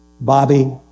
Bobby